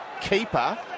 keeper